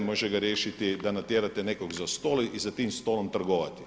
Može ga riješiti da natjerate nekoga za stol i za tim stolom trgovati.